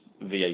VAT